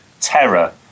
terror